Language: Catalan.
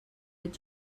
ets